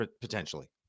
potentially